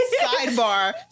Sidebar